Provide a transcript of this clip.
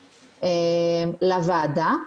לוועדה,